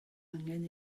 angen